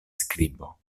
skribo